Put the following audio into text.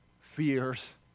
fears